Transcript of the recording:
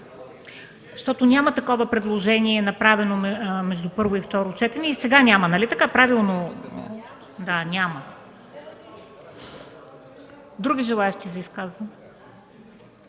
Няма такова предложение, направено между първо и второ четене. И сега няма. Нали така? Правилно – няма. Други желаещи за изказване?